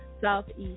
southeast